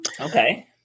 Okay